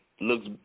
looks –